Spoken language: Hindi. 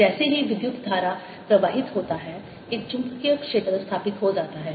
जैसे ही विद्युत धारा प्रवाहित होता है एक चुंबकीय क्षेत्र स्थापित हो जाता है